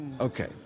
Okay